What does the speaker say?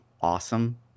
awesome